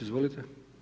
Izvolite.